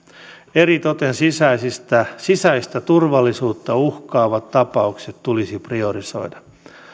eritoten sisäistä sisäistä turvallisuutta uhkaavat tapaukset tulisi priorisoida